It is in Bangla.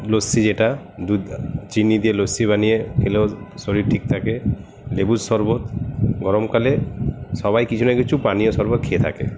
লস্যি যেটা দুধ চিনি দিয়ে লস্যি বানিয়ে খেলেও শরীর ঠিক থাকে লেবুর শরবত গরমকালে সবাই কিছু না কিছু পানীয় শরবত খেয়ে থাকে